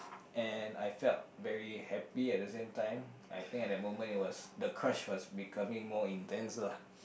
and I felt very happy at the same I think at that moment it was the crush was becoming more intense lah